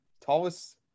Tallest